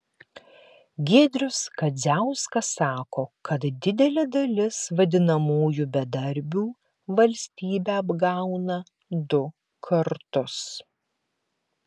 giedrius kadziauskas sako kad didelė dalis vadinamųjų bedarbių valstybę apgauna du kartus